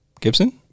Gibson